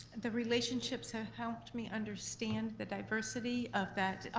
the relationships have helped me understand the diversity of that